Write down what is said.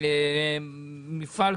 המפעל,